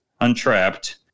untrapped